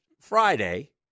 Friday